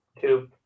Two